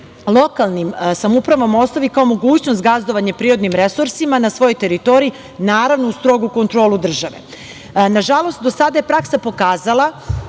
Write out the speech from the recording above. lokalnim samoupravama ostavi kao mogućnost gazdovanje prirodnim resursima na svojoj teritoriji naravno uz strogu kontrolu države. Nažalost, do sada je praksa pokazala,